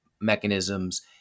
mechanisms